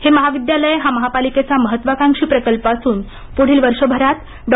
हे महाविद्यालय हा महापालिकेचा महत्त्वाकांक्षी प्रकल्प असून पुढील वर्षभरात डॉ